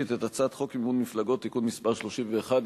את הצעת חוק מימון מפלגות (תיקון מס' 31),